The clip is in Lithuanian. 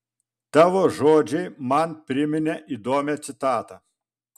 tavo žodžiai man priminė įdomią citatą